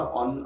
on